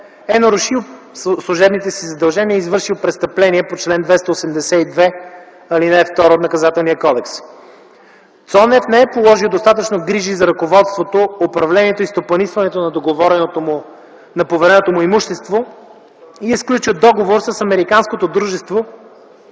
е нарушил служебните си задължения и е извършил престъпление по чл. 282, ал.2 от Наказателния кодекс. Цонев не е положил достатъчно грижи за ръководенето, управлението и стопанисването на повереното му имущество във връзка с сключването на договор с американското дружество